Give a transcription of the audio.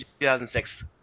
2006